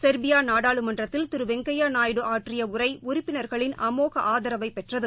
Serbia நாடாளுமன்றத்தில் திரு வெங்கையா நாயுடு ஆற்றிய உரை உறுப்பினர்களின் அமோக ஆதரவை பெற்றது